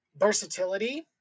versatility